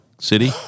city